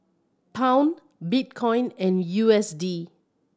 Pound Bitcoin and U S D